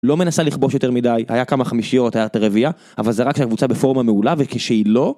לא מנסה לכבוש יותר מידי, היה כמה חמישיות, הייתה רביעיה, אבל זה רק כשהקבוצה בפורמה מעולה, וכשהיא לא...